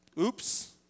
Oops